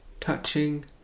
touching